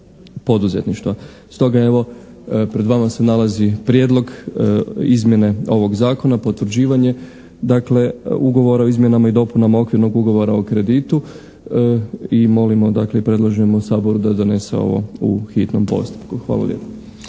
Stoga, evo pred vama se nalazi Prijedlog izmjene ovog Zakona, potvrđivanje dakle ugovora o izmjenama i dopunama Okvirnog ugovora o kreditu i molim, dakle, i predlažemo Saboru da donese ovo u hitnom postupku. Hvala lijepo.